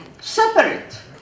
Separate